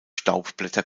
staubblätter